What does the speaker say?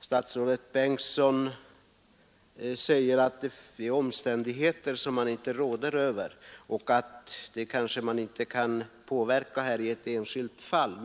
statsrådet Bengtsson säger att här föreligger omständigheter som han inte råder över och att regeringen inte kan påverka ett enskilt fall.